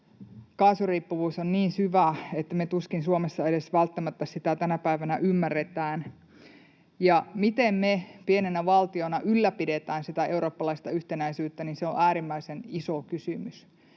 kaasuriippuvuus on niin syvää, että me tuskin Suomessa edes välttämättä sitä tänä päivänä ymmärretään. Miten me pienenä valtiona ylläpidetään sitä eurooppalaista yhtenäisyyttä, se on äärimmäisen iso kysymys.